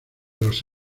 los